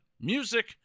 music